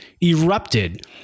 erupted